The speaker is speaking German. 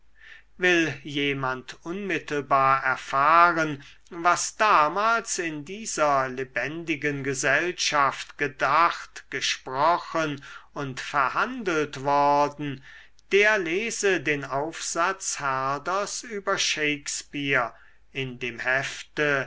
will jemand unmittelbar erfahren was damals in dieser lebendigen gesellschaft gedacht gesprochen und verhandelt worden der lese den aufsatz herders über shakespeare in dem hefte